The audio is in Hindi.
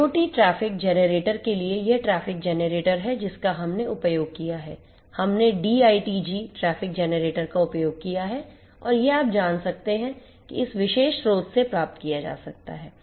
और IoT ट्रैफ़िक जनरेटर के लिए यह ट्रैफ़िक जनरेटर है जिसका हमने उपयोग किया है हमने D ITG ट्रैफिक जनरेटर का उपयोग किया है और यह आप जान सकते हैं कि इसे इस विशेष स्रोत से प्राप्त किया जा सकता है